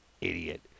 idiot